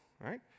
right